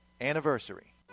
Anniversary